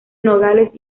nogales